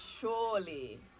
surely